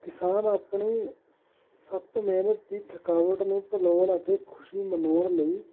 ਕਿਸਾਨ ਆਪਣੇ ਸ ਸਖਤ ਮਿਹਨਤ ਦੀ ਥਕਾਵਟ ਨੂੰ ਭੁਲਾਉਣ ਅਤੇ ਖੁਸ਼ੀ ਮਨਾਉਣ ਲਈ